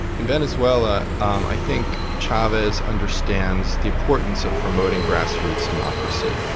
in venezuela, i think chavez understands the importance of promoting grassroots democracy.